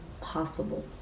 possible